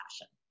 passion